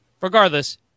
regardless